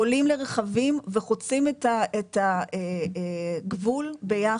עולים לרכבים וחוצים את הגבול ביחד.